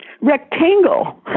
rectangle